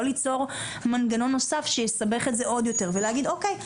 ליצור מנגנון נוסף שיסבך את זה עוד יותר ולהגיד אוקיי,